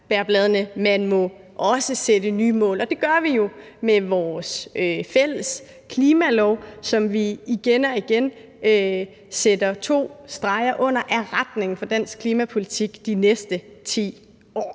laurbærrene – man må også sætte nye mål. Det gør vi jo med vores fælles klimalov, som vi igen og igen sætter to streger under er retningen for dansk klimapolitik de næste 10 år.